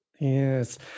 Yes